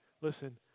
listen